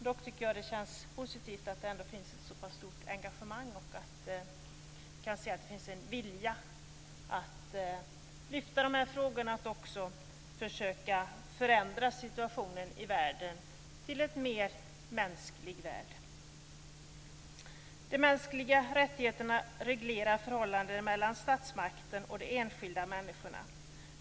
Det känns dock positivt att det finns ett så pass stort engagemang och en vilja att lyfta fram dessa frågor för att försöka att förändra situationen i världen så att det blir en mer mänsklig värld. De mänskliga rättigheterna reglerar förhållandet mellan statsmakten och de enskilda människorna.